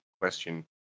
question